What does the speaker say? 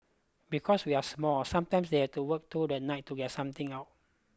because we are small sometimes they have to work through the night to get something out